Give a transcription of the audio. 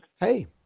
Hey